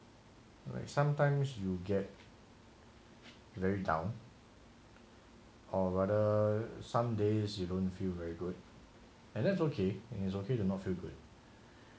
like sometimes you get very down or rather some days you don't feel very good and it's okay it's okay to not feel good